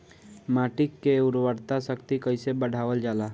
माटी के उर्वता शक्ति कइसे बढ़ावल जाला?